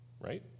right